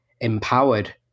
empowered